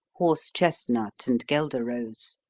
horse-chestnut, and guelder-rose.